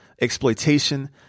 exploitation